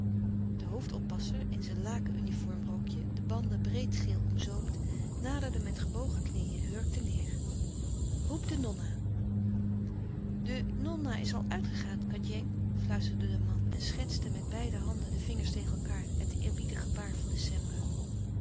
de hoofdoppasser in zijn laken uniformrokje de panden breedgeel omzoomd naderde met gebogen knieën hurkte neêr roep de nonna de nonna is al uitgegaan kandjeng fluisterde de man en schetste met beide handen de vingers tegen elkaâr het eerbiedig gebaar van de